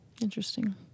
Interesting